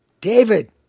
David